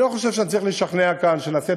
אני לא חושב שאני צריך לשכנע כאן שנעשית